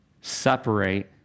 separate